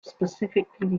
specifically